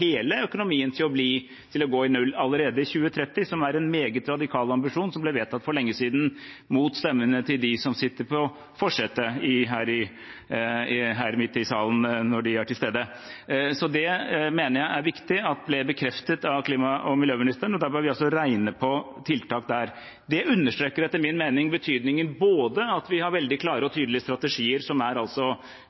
hele økonomien til å gå i null allerede i 2030, som er en meget radikal ambisjon som ble vedtatt for lenge siden, mot stemmene til dem som sitter i forsetet her midt i salen, når de er til stede. Det mener jeg er viktig at klima- og miljøministeren bekreftet, og da må vi regne på tiltak der. Det understreker etter min mening betydningen av at vi både har veldig klare og tydelige strategier som er